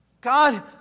God